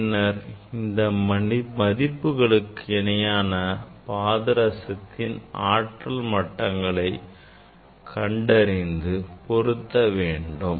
பின்னர் இந்த மதிப்புகளுக்கு இணையான பாதரசத்தின் ஆற்றல் மட்டங்களை கண்டறிந்து பொருத்த வேண்டும்